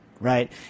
right